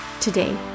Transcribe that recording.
today